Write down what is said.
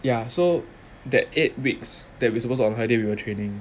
ya so that eight weeks that we suppose to on holiday we were training